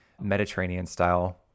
Mediterranean-style